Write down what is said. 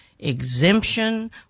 exemption